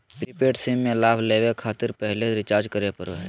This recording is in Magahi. प्रीपेड सिम में लाभ लेबे खातिर पहले रिचार्ज करे पड़ो हइ